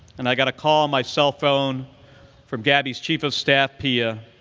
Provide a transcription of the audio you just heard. and i got a call on my cell phone from gabby's chief of staff, pia,